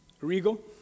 Regal